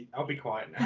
i'll be quiet